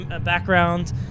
background